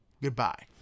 Goodbye